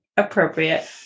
appropriate